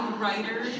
writer